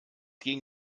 gegen